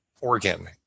organ